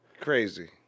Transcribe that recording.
Crazy